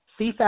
CFAP